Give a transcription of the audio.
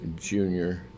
junior